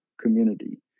community